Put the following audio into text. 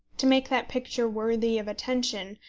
to make that picture worthy of attention,